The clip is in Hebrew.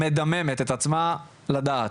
מדממת את עצמה לדעת.